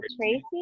Tracy